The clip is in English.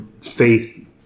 faith